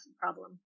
problem